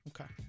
okay